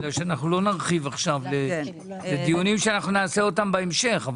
בגלל שאנחנו לא נרחיב עכשיו לדיונים שאנחנו נעשה אותם בהמשך.